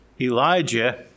Elijah